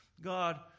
God